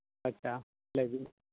ᱟᱪᱪᱷᱟ ᱞᱟᱹᱭ ᱵᱤᱱ